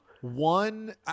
One